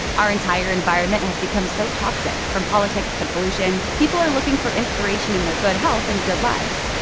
our entire environment has become so toxic-from politics to pollution-people are looking for inspiration in their good health and good lives.